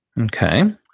Okay